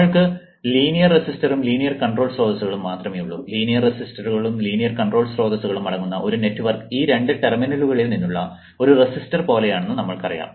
നമ്മൾക്ക് ലീനിയർ റെസിസ്റ്ററും ലീനിയർ കൺട്രോൾ സ്രോതസ്സുകളും മാത്രമേ ഉള്ളൂ ലീനിയർ റെസിസ്റ്ററുകളും ലീനിയർ കൺട്രോൾ സ്രോതസ്സുകളും അടങ്ങുന്ന ഒരു നെറ്റ്വർക്ക് ഈ രണ്ട് ടെർമിനലുകളിൽ നിന്നുള്ള ഒരു റെസിസ്റ്റർ പോലെയാണെന്ന് നമ്മൾക്കറിയാം